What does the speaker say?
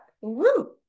Woo